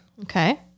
Okay